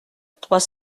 trois